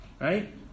Right